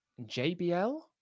JBL